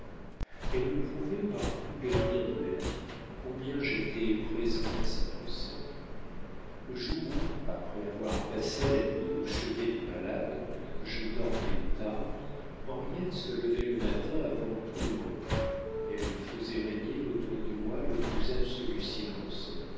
elle me prouvait par tous les riens de la vie combien j'étais présent à sa pensée le jour où après avoir passé la nuit au chevet du malade je dormais tard henriette se levait le matin avant tout le monde elle faisait régner autour de moi le plus absolu silence